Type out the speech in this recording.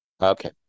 Okay